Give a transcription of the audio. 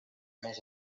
més